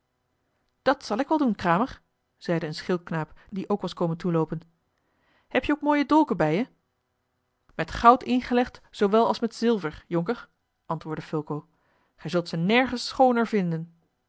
dat zal ik wel doen kramer zeide eene schildknaap die ook was komen toeloopen heb je ook mooie dolken bij je met goud ingelegd zoowel als met zilver jonker antwoordde fulco gij zult ze nergens schooner vinden